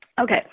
Okay